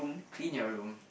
clean your room